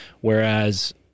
Whereas